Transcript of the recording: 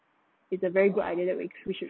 it's a very good idea that we we should